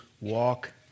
walk